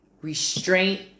restraint